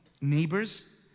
neighbors